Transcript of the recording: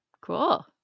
Cool